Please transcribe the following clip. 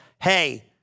hey